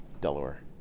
Delaware